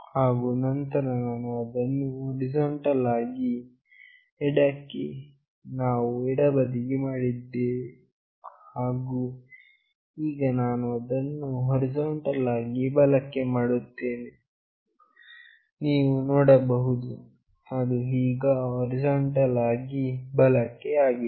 ಹಾಗು ನಂತರ ನಾನು ಅದನ್ನು ಹೊರಿಜಾಂಟಲ್ ಆಗಿ ಎಡಕ್ಕೆ ನಾನು ಎಡಬದಿಗೆ ಮಾಡಿದ್ದೇನೆ ಹಾಗು ಈಗ ನಾನು ಅದನ್ನು ಹೊರಿಜಾಂಟಲ್ ಆಗಿ ಬಲಕ್ಕೆ ಮಾಡುತ್ತೇನೆ ನೀವು ನೋಡಬಹುದು ಅದು ಈಗ ಹೊರಿಜಾಂಟಲ್ ಆಗಿ ಬಲಕ್ಕೆ ಆಗಿದೆ